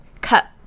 cut